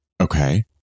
Okay